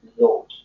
Lord